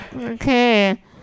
Okay